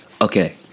okay